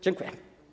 Dziękuję.